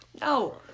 No